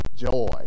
joy